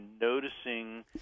noticing